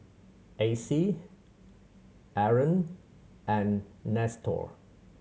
Acy Aron and Nestor